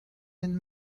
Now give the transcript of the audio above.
hent